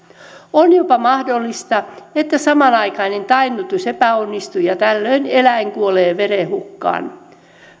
on jopa mahdollista että samanaikainen tainnutus epäonnistuu ja tällöin eläin kuolee verenhukkaan